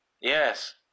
Yes